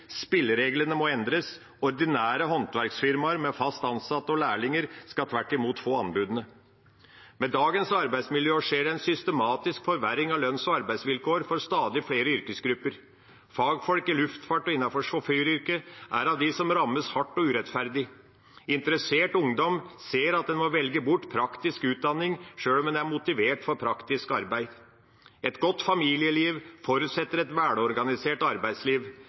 Spillereglene må endres. Ordinære håndverksfirmaer med fast ansatte og lærlinger skal tvert imot få anbudene. Med dagens arbeidsmiljø skjer det en systematisk forverring av lønns- og arbeidsvilkår for stadig flere yrkesgrupper. Fagfolk i luftfart og innenfor sjåføryrket er av dem som rammes hardt og urettferdig. Interessert ungdom ser at en må velge bort praktisk utdanning, sjøl om en er motivert for praktisk arbeid. Et godt familieliv forutsetter et velorganisert arbeidsliv.